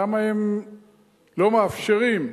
למה הם לא מאפשרים?